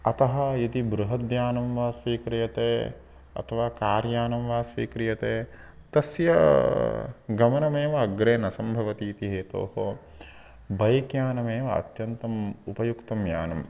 अतः यदि बृहद्यानं वा स्वीक्रियते अथवा कार् यानं वा स्वीक्रियते तस्य गमनमेव अग्रे न सम्भवति इति हेतोः बैक् यानमेव अत्यन्तम् उपयुक्तं यानं